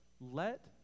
Let